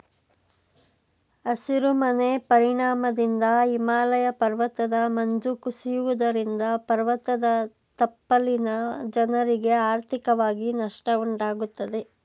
ಹಸಿರು ಮನೆ ಪರಿಣಾಮದಿಂದ ಹಿಮಾಲಯ ಪರ್ವತದ ಮಂಜು ಕುಸಿಯುವುದರಿಂದ ಪರ್ವತದ ತಪ್ಪಲಿನ ಜನರಿಗೆ ಆರ್ಥಿಕವಾಗಿ ನಷ್ಟ ಉಂಟಾಗುತ್ತದೆ